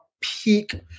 Peak